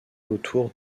autour